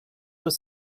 with